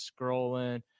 scrolling